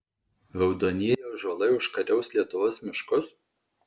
raudonieji ąžuolai užkariaus lietuvos miškus